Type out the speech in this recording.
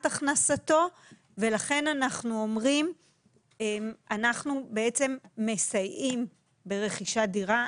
הכנסתו ולכן אנחנו אומרים שאנחנו מסייעים ברכישת דירה.